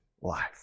life